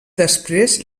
després